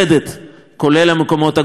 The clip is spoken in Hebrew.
כולל המקומות הקדושים שבה,